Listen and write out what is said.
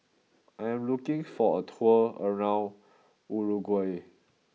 I am looking for a tour around Uruguay